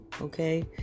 Okay